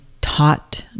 taught